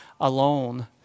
alone